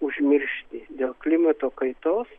užmiršti dėl klimato kaitos